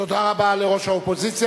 תודה רבה לראש האופוזיציה.